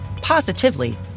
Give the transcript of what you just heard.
positively